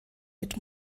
mit